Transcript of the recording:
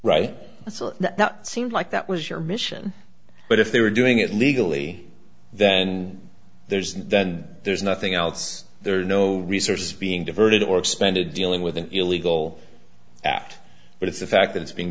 right now it seems like that was your mission but if they were doing it legally then there's and then there's nothing else there's no research being diverted or expended dealing with an illegal act but it's the fact that it's being